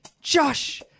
Josh